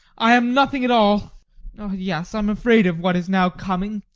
i am nothing at all yes, i am afraid of what is now coming!